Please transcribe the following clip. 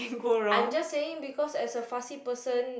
I'm just saying because as a fussy person